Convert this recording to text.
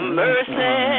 mercy